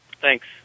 Thanks